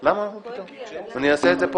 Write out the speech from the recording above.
אני אעשה את זה פה.